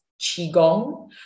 Qigong